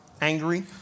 angry